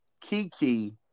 Kiki